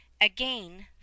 again